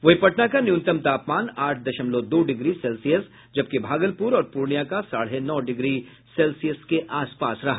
वहीं पटना का न्यूनतम तापमान आठ दशमलव दो डिग्री सेल्सियस जबकि भागलपुर और पूर्णिया का साढ़े नौ डिग्री सेल्सियस के आसपास रहा